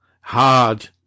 hard